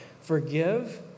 Forgive